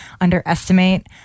underestimate